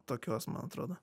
tokios man atrodo